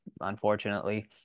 unfortunately